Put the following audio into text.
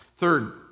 Third